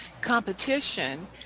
competition